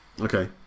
Okay